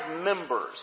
members